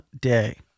day